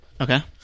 Okay